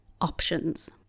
options